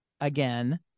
again